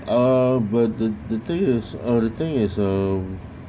ah but the thing is uh the thing is um